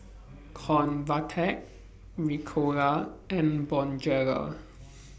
Convatec Ricola and Bonjela